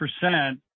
percent